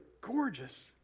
gorgeous